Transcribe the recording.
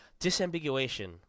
Disambiguation